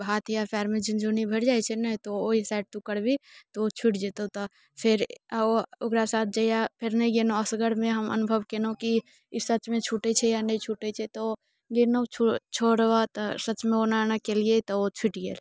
हाथ या पएरमे झुनझुन्नी भरि जाइत छै ने तऽ ओ ओहि साइड तू करबिही तऽ ओ छूटि जेतहु तऽ फेर ओ ओकरा साथ जहिया फेर नहि गेलहुँ असगरमे हम अनुभव केलहुँ कि ई सच मे छूटैत छै या नहि छूटैत छै तऽ ओ गेलहुँ छो छोड़बय तऽ सचमे ओना एना केलियै तऽ ओ छूटि गेल